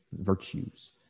virtues